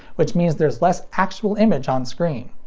which means there's less actual image on screen.